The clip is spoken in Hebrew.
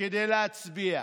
כדי להצביע.